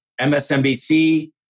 MSNBC